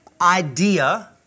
idea